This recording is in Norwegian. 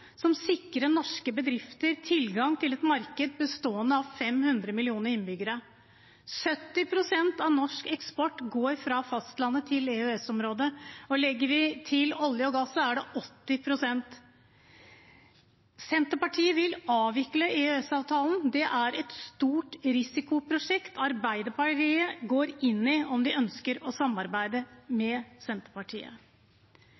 som sikrer norske bedrifter tilgang til et marked bestående av 500 millioner innbyggere. 70 pst. av norsk eksport går fra fastlandet til EØS-området, og legger vi til olje og gass, er det 80 pst. Senterpartiet vil avvikle EØS-avtalen. Det er et stort risikoprosjekt Arbeiderpartiet går inn i, om de ønsker å samarbeide